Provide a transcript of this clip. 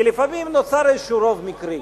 כי לפעמים נוצר איזשהו רוב מקרי.